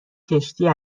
کشتی